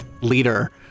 leader